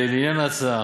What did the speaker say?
לעניין ההצעה,